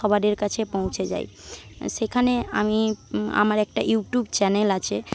সবার কাছে পৌঁছে যায় সেখানে আমি আমার একটা ইউটিউব চ্যানেল আছে